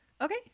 Okay